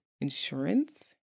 insurance